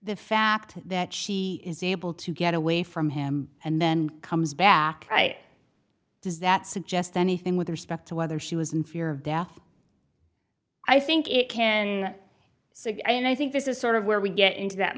the fact that she is able to get away from him and then comes back right does that suggest anything with respect to whether she was in fear of death i think it can and i think this is sort of where we get into that